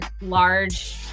large